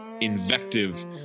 invective